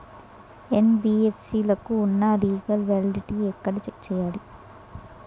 NBFC లకు ఉన్నా legal validity ఎక్కడ చెక్ చేయాలి?